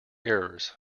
errors